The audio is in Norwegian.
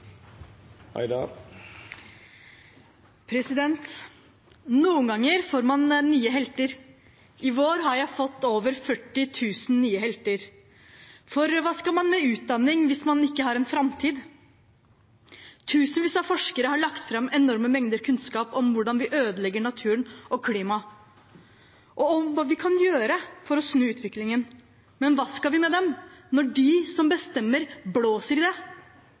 til. Noen ganger får man nye helter. I vår har jeg fått over 40 000 nye helter. For hva skal man med utdanning hvis man ikke har en framtid? Tusenvis av forskere har lagt fram enorme mengder kunnskap om hvordan vi ødelegger naturen og klimaet, og om hva vi kan gjøre for å snu utviklingen. Men hva skal vi med det når de som bestemmer, blåser i det?